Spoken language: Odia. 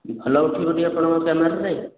ଭଲ ଉଠିବ ଟି ଆପଣଙ୍କର କ୍ୟାମେରାରେ